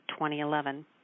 2011